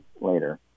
later